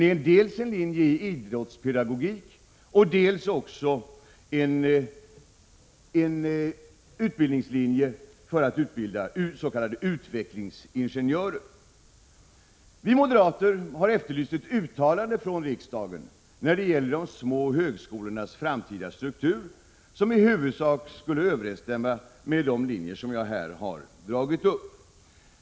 Det var dels en linje i idrottspedagogik, dels en linje för att utbilda s.k. utvecklingsingenjörer. Vi moderater har efterlyst ett uttalande från riksdagen när det gäller de små högskolornas framtida struktur som i huvudsak skulle överensstämma med de linjer som jag här har dragit upp.